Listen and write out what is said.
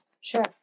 Sure